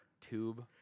tube